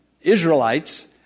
Israelites